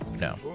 No